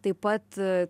taip pat